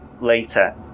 later